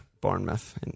Bournemouth